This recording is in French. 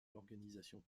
l’organisation